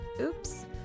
Oops